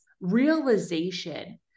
realization